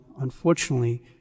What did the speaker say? unfortunately